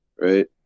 Right